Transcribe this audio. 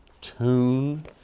Tune